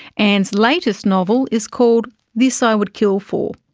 anne's latest novel is called this i would kill for.